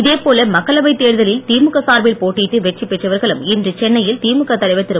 இதேபோல மக்களவைத் தேர்தலில் திமுக மற்றும் கூட்டணி சார்பில் போட்டியிட்டு வெற்றி பெற்றவர்களும் இன்று சென்னையில் திமுக தலைவர் திரு